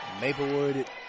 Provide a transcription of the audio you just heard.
Maplewood